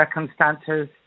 circumstances